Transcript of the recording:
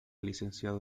licenciado